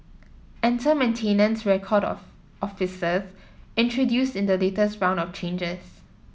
enter maintenance record of officers introduced in the latest round of changes